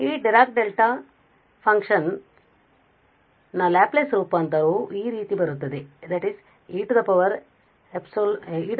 ಆದ್ದರಿಂದ Dirac delta function ನ Laplace ರೂಪಾಂತರವು ಈ ರೀತಿ ಬರುತ್ತದೆ e−as